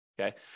Okay